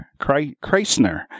Kreisner